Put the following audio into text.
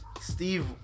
Steve